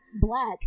black